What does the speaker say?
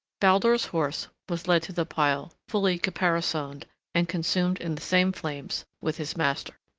baldur's horse was led to the pile fully caparisoned and consumed in the same flames with his master.